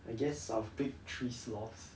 I guess I'll pick three sloths